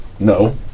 No